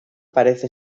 parece